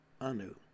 Anu